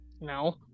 No